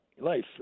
life